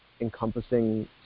encompassing